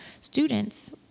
students